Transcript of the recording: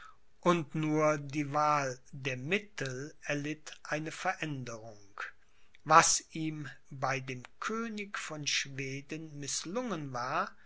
und nur die wahl der mittel erlitt eine veränderung was ihm bei dem könig von schweden mißlungen war